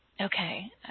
Okay